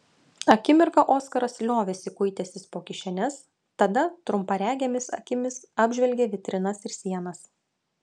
akimirką oskaras liovėsi kuitęsis po kišenes tada trumparegėmis akimis apžvelgė vitrinas ir sienas